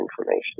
information